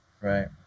right